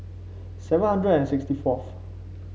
seven hundred and sixty fourth